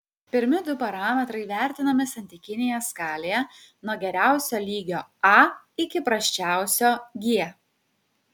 pirmi du parametrai vertinami santykinėje skalėje nuo geriausio lygio a iki prasčiausio g